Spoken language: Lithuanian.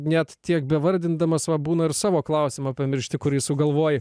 net tiek bevardindamas va būna ir savo klausimą pamiršti kurį sugalvoji